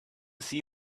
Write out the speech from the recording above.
see